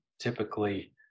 typically